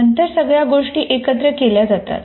नंतर सगळ्या गोष्टी एकत्र केल्या जातात